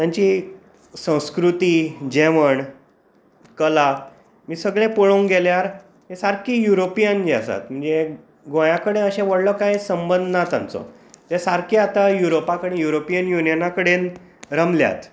तांची संस्कृती जेवण कला बी सगळें पळोवंक गेल्यार ते सारकी युरोपियन जे आसात म्हणजे गोंया कडेन असो व्हडलो काय संबंद ना तांचो ते सारके आतां युरोपाक युरोपियन युनियना कडेन रमल्यात